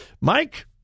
Mike